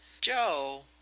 Joe